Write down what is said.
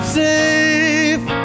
safe